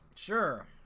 Sure